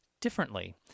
differently